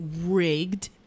Rigged